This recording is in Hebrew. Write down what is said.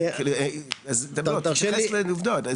תתייחס לעובדות,